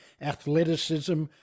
athleticism